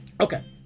okay